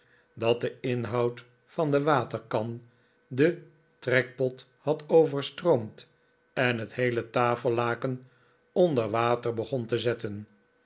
dat de inhoud van de waterkan den trekpot had overstroomd en het heele tafellaken onder water begon te zetten